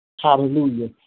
Hallelujah